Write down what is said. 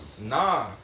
Nah